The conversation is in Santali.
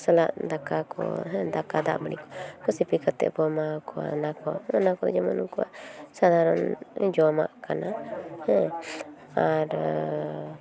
ᱥᱟᱞᱟᱜ ᱫᱟᱠᱟᱠᱚ ᱦᱮᱸ ᱫᱟᱠᱟ ᱫᱟᱜ ᱢᱟᱹᱰᱤᱠᱚ ᱥᱤᱯᱤ ᱠᱟᱛᱮᱵᱚᱱ ᱮᱢᱟᱣ ᱠᱚᱣᱟ ᱚᱱᱟᱠᱚ ᱚᱱᱟᱠᱚᱜᱮ ᱡᱮᱢᱚᱱ ᱩᱱᱠᱩᱣᱟᱜ ᱥᱟᱫᱷᱟᱨᱚᱱ ᱡᱚᱢᱟᱜ ᱠᱟᱱᱟ ᱦᱮᱸ ᱟᱨ